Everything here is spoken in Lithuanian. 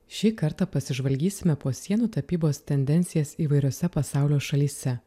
šį kartą pasižvalgysime po sienų tapybos tendencijas įvairiose pasaulio šalyse